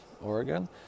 Oregon